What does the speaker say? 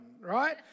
right